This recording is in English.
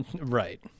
right